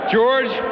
George